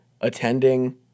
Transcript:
attending